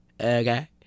okay